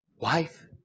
wife